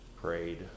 prayed